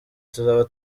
tuzaba